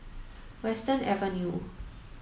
Western Avenue